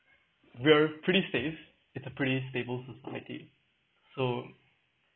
we're pretty safe it's a pretty stable society so